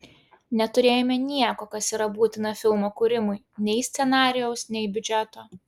neturėjome nieko kas yra būtina filmo kūrimui nei scenarijaus nei biudžeto